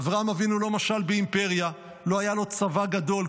אברהם אבינו לא משל באימפריה, לא היה לו צבא גדול.